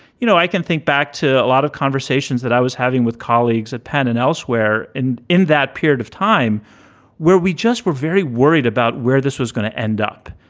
you know, i can think back to a lot of conversations that i was having with colleagues at penn and elsewhere and in that period of time where we just were very worried about where this was going to end up,